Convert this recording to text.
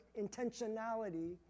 intentionality